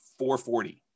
440